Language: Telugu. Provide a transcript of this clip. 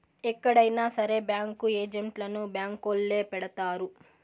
ఎక్కడైనా సరే బ్యాంకు ఏజెంట్లను బ్యాంకొల్లే పెడతారు